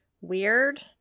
weird